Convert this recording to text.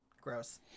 Gross